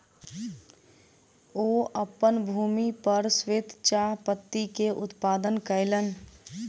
ओ अपन भूमि पर श्वेत चाह पत्ती के उत्पादन कयलैन